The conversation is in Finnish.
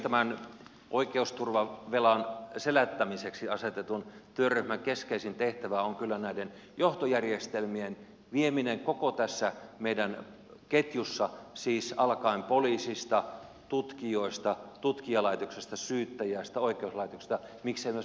tämän oikeusturvavelan selättämiseksi asetetun työryhmän keskeisin tehtävä on kyllä näiden johtojärjestelmien vieminen koko tässä meidän ketjussamme siis alkaen poliisista tutkijoista tutkijalaitoksesta syyttäjästä oikeuslaitoksesta miksei myös vankeinhoidosta